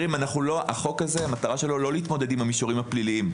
החוק הזה המטרה שלו לא להתמודד עם המישורים הפליליים.